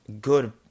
good